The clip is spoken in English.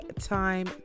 time